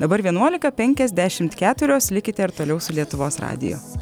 dabar vienuolika penkiasdešimt keturios likite ir toliau su lietuvos radiju